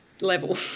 level